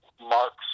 marks